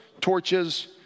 torches